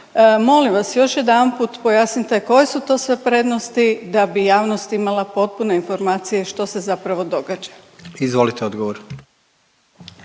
Molim vas još jedanput pojasnite koje su to sve prednosti da bi javnost imala potpune informacije što se zapravo događa. **Jandroković,